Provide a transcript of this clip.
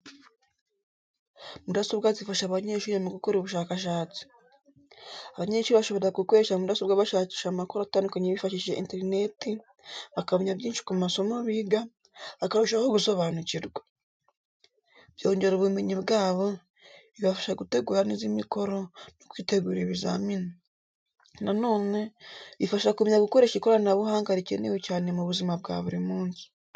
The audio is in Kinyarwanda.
Mudasobwa zifasha abanyeshuri mu gukora ubushakashatsi. Abanyeshuri bashobora gukoresha mudasobwa bashakisha amakuru atandukanye bifashishije interineti, bakamenya byinshi ku masomo biga, bakarushaho gusobanukirwa. Byongera ubumenyi bwabo, bibafasha gutegura neza imikoro, no kwitegura ibizamini. Na none, bifasha kumenya gukoresha ikoranabuhanga rikenewe cyane mu buzima bwa buri munsi.